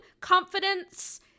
confidence